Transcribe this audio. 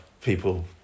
people